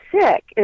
sick